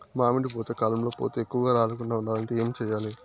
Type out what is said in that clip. మామిడి పూత కాలంలో పూత ఎక్కువగా రాలకుండా ఉండాలంటే ఏమి చెయ్యాలి?